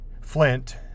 Flint